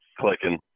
clicking